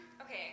okay